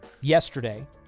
Yesterday